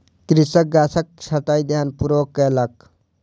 कृषक गाछक छंटाई ध्यानपूर्वक कयलक